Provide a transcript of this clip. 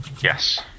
Yes